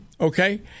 okay